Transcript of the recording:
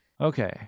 Okay